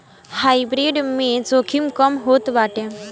hybrid में जोखिम कम होत बाटे